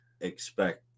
expect